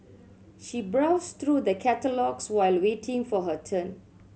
she browsed through the catalogues while waiting for her turn